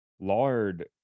Lard